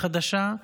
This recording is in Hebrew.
החדשה,